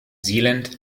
zealand